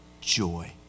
joy